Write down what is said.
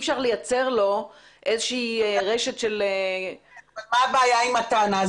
אפשר לייצר לו איזה שהיא רשת של --- מה הבעיה עם הטענה?